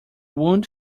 wound